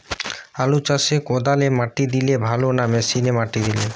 আলু চাষে কদালে মাটি দিলে ভালো না মেশিনে মাটি দিলে?